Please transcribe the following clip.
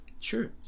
Sure